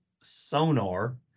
sonar